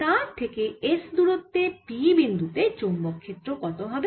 তার থেকে S দূরত্বে P বিন্দু তে চৌম্বক ক্ষেত্র কত হবে